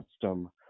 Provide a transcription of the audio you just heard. custom